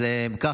אז אם כך,